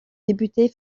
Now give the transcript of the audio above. députés